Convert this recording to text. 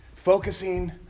focusing